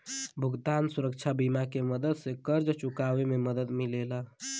भुगतान सुरक्षा बीमा के मदद से कर्ज़ चुकावे में मदद मिलेला